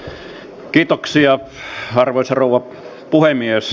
kiitoksia arvoisa rouva puhemies